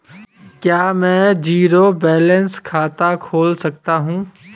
क्या मैं zero balance खाता खोल सकता हूँ?